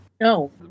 No